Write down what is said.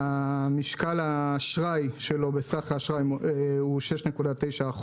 משקל האשראי שלו בסך האשראי הוא 6.9%